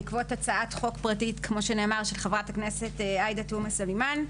בעקבות הצעת חוק פרטית של חברת הכנסת עאידה תומא סלימאן,